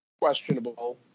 questionable